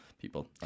People